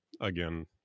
again